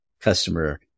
customer